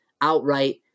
outright